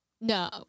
No